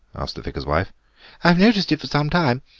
asked the vicar's wife i've noticed it for some time.